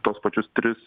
tuos pačius tris